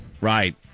Right